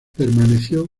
permaneció